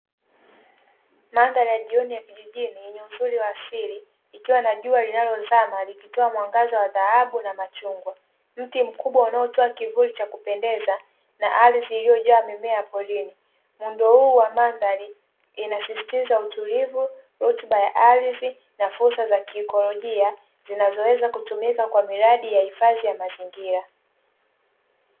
Mandhari ya jioni ya kijijini yenye uzuri wa asili, ikiwa na jua linalozama likitoa mwangaza wa dhahabu na machungwa, mti mkubwa unaotoa kivuli cha kupendeza na ardhi iliyojaa mimea porini, muundo huu wa mandhari inasisitiza utulivu, rutuba ya ardhi, na fursa za kiikolojia zinazoweza kutumika kwa miradi ya hifadhi ya mazingira.